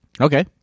Okay